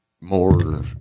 more